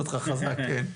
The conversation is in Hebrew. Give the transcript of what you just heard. שביקשנו לבדוק, לגבי הירוק.